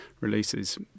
releases